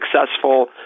successful